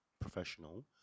professional